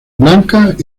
blancas